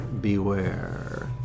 beware